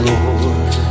Lord